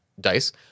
dice